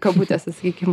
kabutėse sakykim